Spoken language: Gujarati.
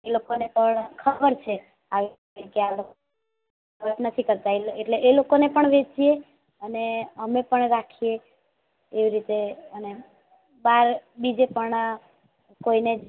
એ લોકોને પણ ખબર છે કે આ રીતે નથી કરતા એટલે એટલે એ લોકોને પણ વેચીએ અને અમે પણ રાખીએ એવી રીતે એને બહાર બીજે પણ કોઇને